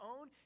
own